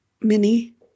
Mini